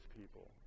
people